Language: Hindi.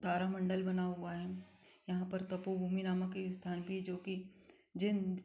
तारामंडल बना हुआ है यहाँ पर तपोभूमि नामक एक स्थान भी है जो कि जयंत